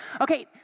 Okay